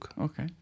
Okay